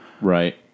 right